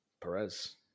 Perez